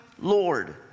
Lord